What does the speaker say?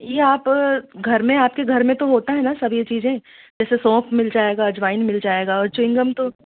ये आप घर में आपके घर में तो होता है ना सब यह चीज़ें जैसे सौंफ़ मिल जाएगा अजवाइन मिल जाएगा और च्विं गम तो